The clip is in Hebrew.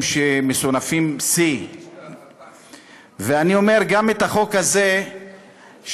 שמסונפים, C. ואני אומר, גם החוק הזה שדוחפת